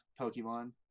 pokemon